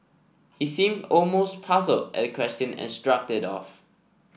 he seemed almost puzzled at the question and shrugged it off